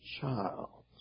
child